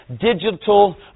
digital